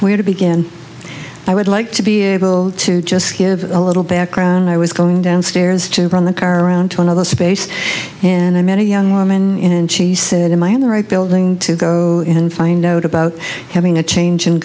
where to begin i would like to be able to just give a little background i was going downstairs to run the car around one of the space and i met a young woman and she said in my own right building to go in and find out about having a change in